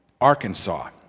Arkansas